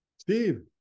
Steve